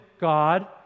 God